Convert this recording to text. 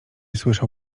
słyszał